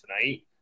tonight